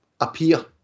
appear